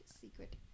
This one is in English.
secret